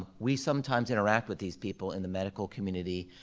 ah we sometimes interact with these people in the medical community,